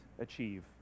achieve